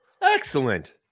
Excellent